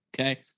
Okay